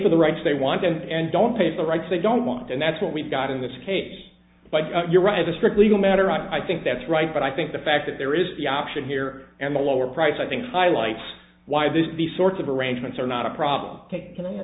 for the rights they want and don't pay for rights they don't want and that's what we've got in this case but you're right as a strict legal matter i think that's right but i think the fact that there is the option here and the lower price i think highlights why this these sorts of arrangements are not a problem